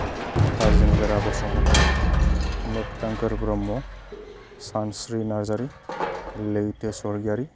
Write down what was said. ताजिम गोरा बसुमतारि मोखथांखोर ब्रह्म सानस्रि नारजारि लैथो स्वरगयारि